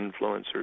influencers